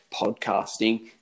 podcasting